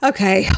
Okay